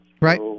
Right